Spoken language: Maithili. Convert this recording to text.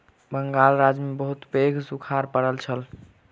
बंगाल राज्य में बहुत पैघ सूखाड़ पड़ल छल